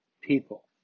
people